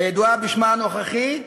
הידועה בשמה הנוכחי עאנה.